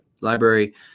Library